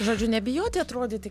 žodžiu nebijoti atrodyti